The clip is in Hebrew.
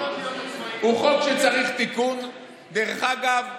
דרך אגב,